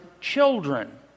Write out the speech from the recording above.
Children